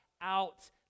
out